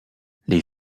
les